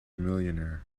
millionaire